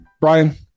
Brian